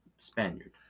Spaniard